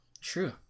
True